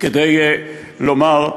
כדי לומר,